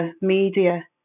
Media